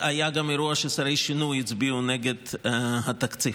היה גם אירוע ששרי שינוי הצביעו נגד התקציב.